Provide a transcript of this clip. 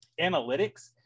analytics